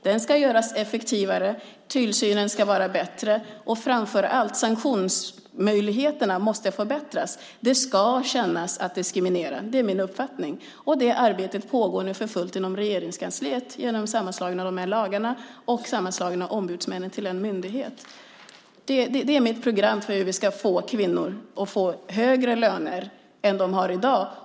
Den ska göras effektivare, tillsynen ska vara bättre, och framför allt måste sanktionsmöjligheterna förbättras. Det ska kännas att diskriminera. Det är min uppfattning. Detta arbete pågår nu för fullt inom Regeringskansliet genom sammanslagningen av dessa lagar och sammanslagningen av ombudsmännen till en myndighet. Det är mitt program för hur kvinnor ska få högre löner än de har i dag.